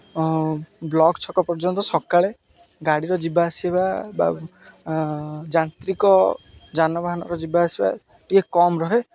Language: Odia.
ବ୍ଲକ୍ ଛକ ପର୍ଯ୍ୟନ୍ତ ସକାଳେ ଗାଡ଼ିର ଯିବା ଆସିବା ବା ଯାନ୍ତ୍ରିକ ଯାନବାହାନର ଯିବା ଆସିବା ଟିକିଏ କମ୍ ରୁହେ